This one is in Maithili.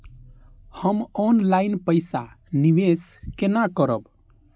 हम ऑनलाइन पैसा निवेश केना करब?